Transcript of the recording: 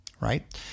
right